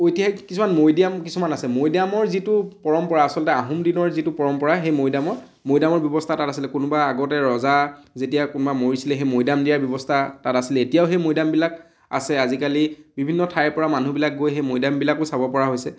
ঐতিহাসিক কিছুমান মৈদাম কিছুমান আছে মৈদামৰ যিটো পৰম্পৰা আচলতে আহোম দিনৰ যিটো পৰম্পৰা সেই মৈদামৰ মৈদামৰ ব্যৱস্থা তাত আছিলে কোনোবা আগতে ৰজা যেতিয়া কোনোবা মৰিছিলে সেই মৈদাম দিয়াৰ ব্যৱস্থা তাত আছিলে এতিয়াও সেই মৈদামবিলাক আছে আজিকালি বিভিন্ন ঠাইৰ পৰা মানুহবিলাক গৈ সেই মৈদামবিলাকো চাব পৰা হৈছে